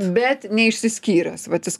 bet neišsiskyręs vat jis